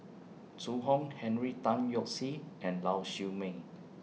Zhu Hong Henry Tan Yoke See and Lau Siew Mei